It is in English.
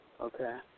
Okay